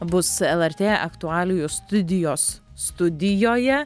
bus lrt aktualijų studijos studijoje